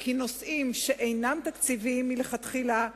כי נושאים שאינם תקציביים מלכתחילה,